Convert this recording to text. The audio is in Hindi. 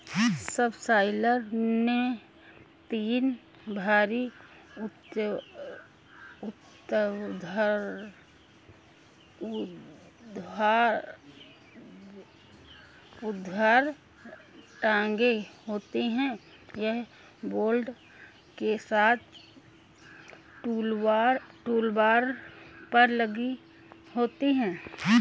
सबसॉइलर में तीन भारी ऊर्ध्वाधर टांगें होती हैं, यह बोल्ट के साथ टूलबार पर लगी होती हैं